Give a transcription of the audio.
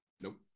Nope